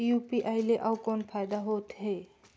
UPI ले अउ कौन फायदा होथ है?